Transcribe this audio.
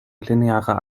linearer